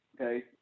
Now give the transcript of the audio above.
okay